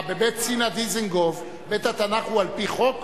בבית צינה דיזנגוף, בית-התנ"ך הוא על-פי חוק?